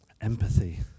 Empathy